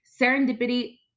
serendipity